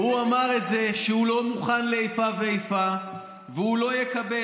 הוא אמר שהוא לא מוכן לאיפה ואיפה והוא לא יקבל,